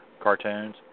cartoons